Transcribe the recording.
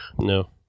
No